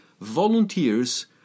volunteers